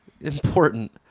Important